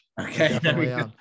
Okay